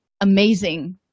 amazing